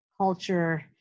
culture